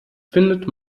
findet